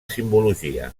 simbologia